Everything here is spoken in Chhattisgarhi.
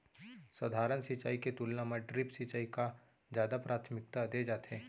सधारन सिंचाई के तुलना मा ड्रिप सिंचाई का जादा प्राथमिकता दे जाथे